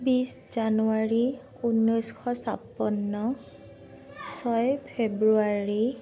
বিছ জানুৱাৰী ঊনৈছশ ছাপ্পন্ন ছয় ফেব্ৰুৱাৰী